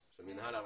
של מינהל הרכש.